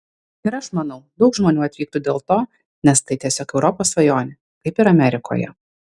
ir aš manau daug žmonių atvyktų dėl to nes tai tiesiog europos svajonė kaip ir amerikoje